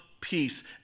Peace